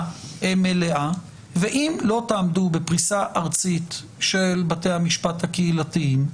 מלאה ואם לא תעמדו בפריסה ארצית של בתי המשפט הקהילתיים,